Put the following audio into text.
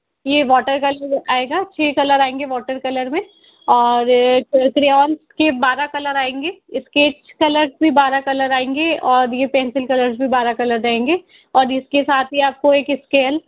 ये water colour आएगा छः कलर आएंगे वॉटर कलर में क्रेऑन्स के बारह कलर आएंगे स्केच कलर्स भी बारह कलर आएंगे और ये पेंसिल कलर्स भी बारह कलर रहेंगे और इसके साथ ही आपको एक स्केल